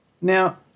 Now